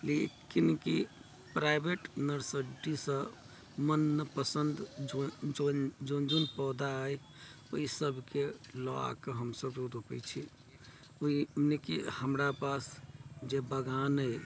लेकिन कि प्राइवेट नर्सरीसँ मनपसंद जे पौधा अछि ओहि सबके लऽ आके हमसब रोपैत छी ओहि मने कि हमरा पास जे बगान अछि